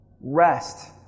rest